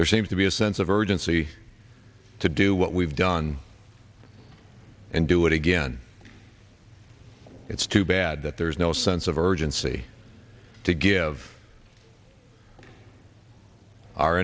there seems to be a sense of urgency to do what we've done and do it again it's too bad that there's no sense of urgency to give